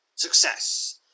Success